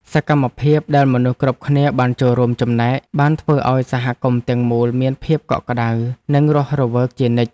សកម្មភាពដែលមនុស្សគ្រប់គ្នាបានចូលរួមចំណែក បានធ្វើឱ្យសហគមន៍ទាំងមូលមានភាពកក់ក្ដៅ និងរស់រវើកជានិច្ច។